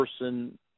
person